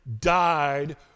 died